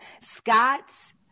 Scott's